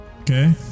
Okay